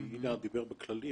כי איליה דיבר בכללי,